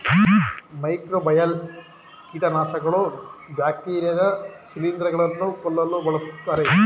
microbial ಕೀಟನಾಶಕಗಳು bacteria ಶಿಲಿಂದ್ರ ಗಳನ್ನು ಕೊಲ್ಲಲು ಬಳ್ಸತ್ತರೆ